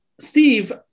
Steve